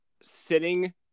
sitting